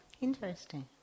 interesting